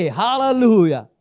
hallelujah